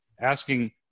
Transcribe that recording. asking